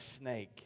snake